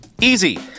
Easy